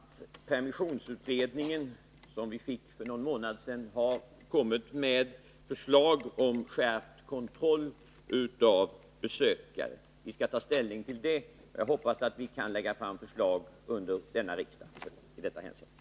Herr talman! Jag vill bara tillägga att permissionsutredningen, som vi fick för någon månad sedan, har kommit med förslag om skärpt kontroll av besökare. Vi skall ta ställning till det och hoppas att vi kan lägga fram förslag under detta riksmöte i detta hänseende.